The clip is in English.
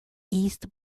east